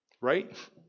Right